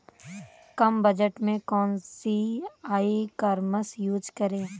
कम budget में कौन सी ई कॉमर्स यूज़ करें?